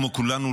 כמו כולנו,